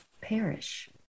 perish